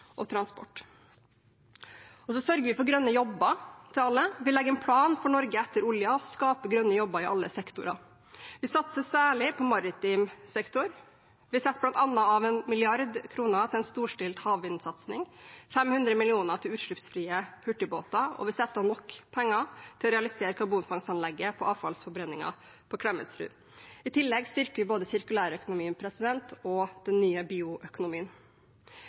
og transport. Vi sørger også for grønne jobber til alle. Vi legger en plan for et Norge etter oljen, å skape grønne jobber i alle sektorer. Vi satser særlig på maritim sektor. Vi setter av bl.a. 1 mrd. kr til en storstilt havvindsatsing, 500 mill. kr til utslippsfrie hurtigbåter, og vi setter av nok penger til å realisere karbonfangstanlegget ved avfallsforbrenningen på Klemetsrud. I tillegg styrker vi både sirkulærøkonomien og den nye bioøkonomien.